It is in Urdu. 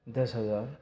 دس ہزار